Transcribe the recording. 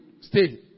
stay